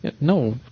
No